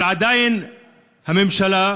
אבל עדיין הממשלה,